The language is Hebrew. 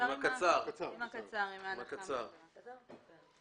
עם הנחה או פטור מתשלום אגרות.